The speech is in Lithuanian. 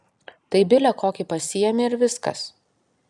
tai bile kokį pasiėmė ir viskas